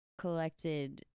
collected